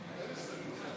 חברי חברי הכנסת,